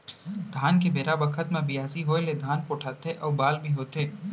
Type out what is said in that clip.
धान के बेरा बखत म बियासी होय ले धान पोठाथे अउ बाल भी होथे